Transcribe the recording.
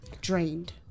drained